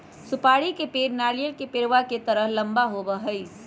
सुपारी के पेड़ नारियल के पेड़वा के तरह लंबा होबा हई